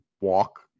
walk